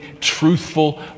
truthful